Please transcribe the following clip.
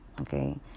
Okay